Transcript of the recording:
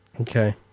Okay